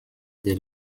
der